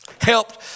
helped